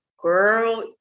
girl